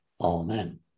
Amen